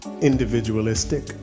individualistic